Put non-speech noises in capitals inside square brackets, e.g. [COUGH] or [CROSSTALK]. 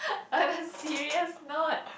[LAUGHS] on a serious note